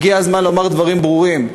הגיע הזמן לומר דברים ברורים.